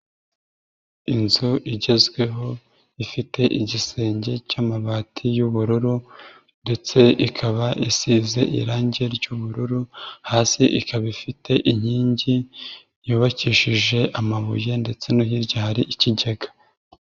Inzu igezweho ifite igisenge cy'amabati y'ubururu ndetse ikaba isize irangi ry'ubururu, hasi ikaba ifite inkingi yubakishije amabuye ndetse no hiryari hari ikigega.